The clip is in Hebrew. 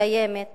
שקיימת